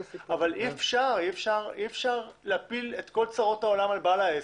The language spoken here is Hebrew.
אי אפשר להפיל את כל צרות העולם על בעל העסק,